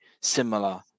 similar